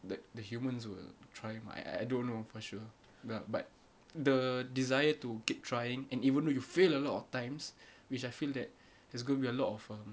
the the humans will try my I don't know for sure but but the desire to keep trying and even though you fail a lot of times which I feel that there's gonna be a lot of um